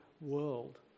world